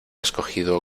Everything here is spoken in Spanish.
escogido